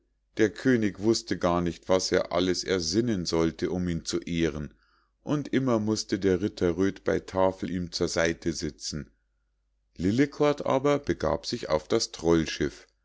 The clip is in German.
der könig wußte gar nicht was er alles ersinnen sollte um ihn zu ehren und immer mußte der ritter röd bei tafel ihm zur seite sitzen lillekort aber begab sich auf das